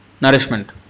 Nourishment